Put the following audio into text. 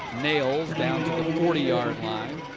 nails down to the forty yard line.